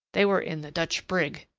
they were in the dutch brig.